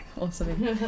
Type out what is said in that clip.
Awesome